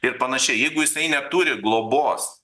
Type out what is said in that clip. ir panašiai jeigu jisai neturi globos